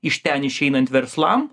iš ten išeinant verslam